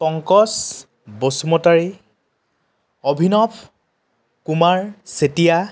Pankaj Basumatary Abhinav Kumar Chetia